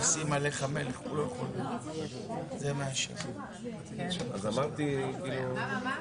רגע,